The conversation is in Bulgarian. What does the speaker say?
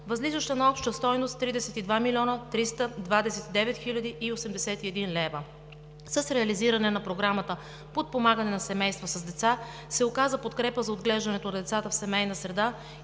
възлизаща на обща стойност 32 млн. 329 хил. 81 лв. С реализиране на Програмата „Подпомагане на семейства с деца“ се оказва подкрепа за отглеждането на децата в семейна среда